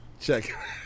Check